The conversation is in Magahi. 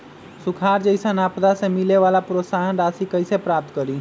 सुखार जैसन आपदा से मिले वाला प्रोत्साहन राशि कईसे प्राप्त करी?